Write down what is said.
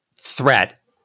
threat